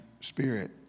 spirit